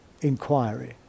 inquiry